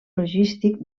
logístic